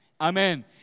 Amen